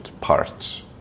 parts